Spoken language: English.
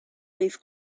leaf